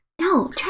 No